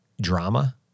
drama